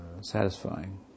satisfying